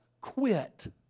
quit